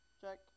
Check